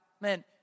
man